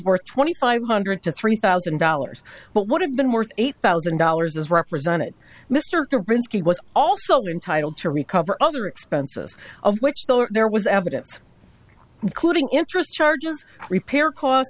worth twenty five hundred to three thousand dollars what would have been worth eight thousand dollars as represented mr he was also entitled to recover other expenses of which there was evidence including interest charges repair co